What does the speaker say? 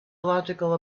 illogical